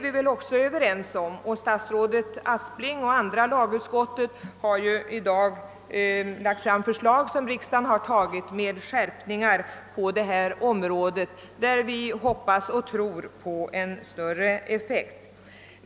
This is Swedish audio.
Vi är också ense om att det är nödvändigt med skärpningar på detta område, och det framgår ju av att statsrådet Asplings proposition om narkotikastrafflag har tillstyrkts av andra lagutskottet och nyss antagits av kammaren. Vi hoppas och tror nu på en större effekt.